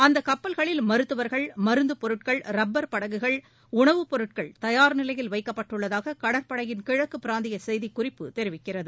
அந்தக் கப்பல்களில் மருத்துவர்கள் மருந்துப் பொருட்கள் ரப்பர் படகுகள் உணவுப் பொருட்கள் தயார் நிலையில் வைக்கப்பட்டுள்ளதாக கடற்படையின் கிழக்கு பிராந்திய செய்திக்குறிப்பு தெரிவிக்கிறது